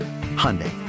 Hyundai